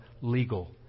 legal